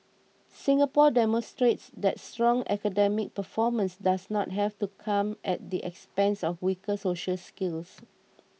Singapore demonstrates that strong academic performance does not have to come at the expense of weaker social skills